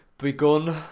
begun